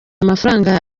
amafaranga